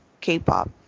K-Pop